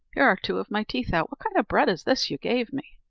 here are two of my teeth out! what kind of bread is this you gave me.